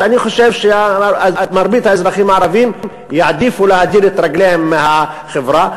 אני חושב שמרבית האזרחים הערבים יעדיפו להדיר את רגליהם מהחברה,